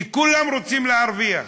כי כולם רוצים להרוויח.